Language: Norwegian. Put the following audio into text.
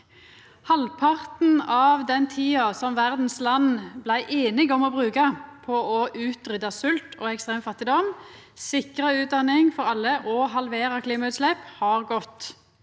Halvparten av den tida verdas land blei einige om å bruka på å utrydda svolt og ekstrem fattigdom, sikra utdanning for alle og halvera klimagassutslepp, har gått.